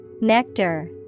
Nectar